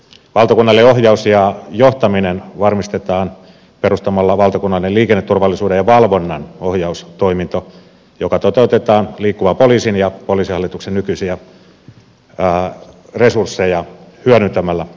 valtakunnallinen ohjaus ja johtaminen varmistetaan perustamalla valtakunnallinen liikenneturvallisuuden ja valvonnan ohjaustoiminto joka toteutetaan liikkuvan poliisin ja poliisihallituksen nykyisiä resursseja hyödyntämällä